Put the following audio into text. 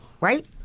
right